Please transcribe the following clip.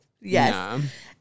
Yes